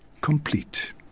complete